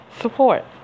support